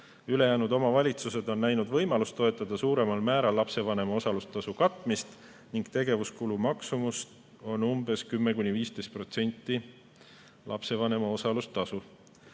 Ülejäänud omavalitsused on näinud võimalust toetada suuremal määral lapsevanema osalustasu katmist ning tegevuskulu maksumusest 10–15% on lapsevanema osalustasu.